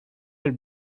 are